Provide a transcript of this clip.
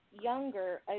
younger